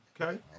Okay